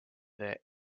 their